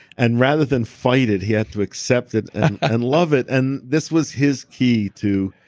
and rather than fight it, he had to accept it and love it and this was his key to